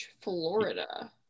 Florida